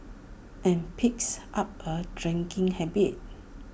and picks up A drinking habit